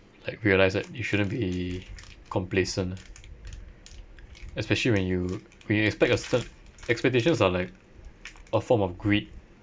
like realise that you shouldn't be complacent lah especially when you when you expect a cer~ expectations are like a form of greed